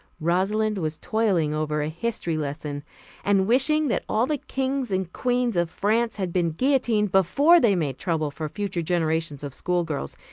rosalind was toiling over a history lesson and wishing that all the kings and queens of france had been guillotined before they made trouble for future generations of schoolgirls,